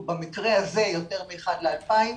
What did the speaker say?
ובמקרה הזה יותר מאחד ל-2,000,